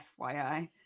FYI